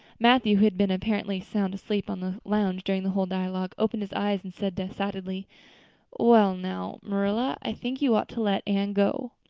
matthew, who had been apparently sound asleep on the lounge during the whole dialogue, opened his eyes and said decidedly well now, marilla, i think you ought to let anne go.